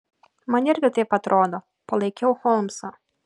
man irgi taip atrodo palaikiau holmsą